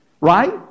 Right